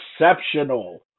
exceptional